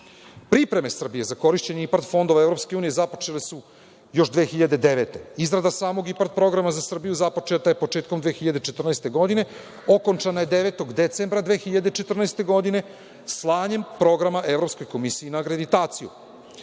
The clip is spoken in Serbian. podneti. Pripreme Srbije za korišćenje IPARD fondova EU započete su još 2009. godine. Izrada samog IPARD programa za Srbiju započeto je početkom 2014. godine, a okončano je 9. decembra 2014. godine slanjem programa Evropskoj komisiji na akreditaciju. Građani